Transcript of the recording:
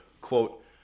quote